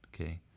okay